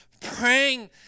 Praying